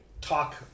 talk